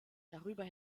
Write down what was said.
darüber